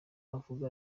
avuze